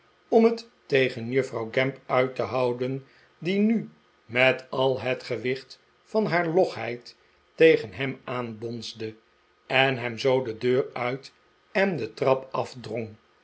om het tegen juffrouw gamp uit te houden die nu met al het gewicht van haar logheid tegen hem aanbonsde en hem zoo de deur uit en de trap afdrong